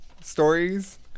stories